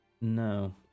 No